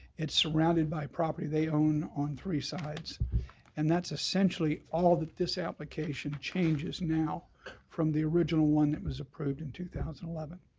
it's surrounded by property they own on three sides and that's essentially all that this application changes now from the original one that was approved in two thousand and eleven.